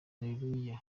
areruya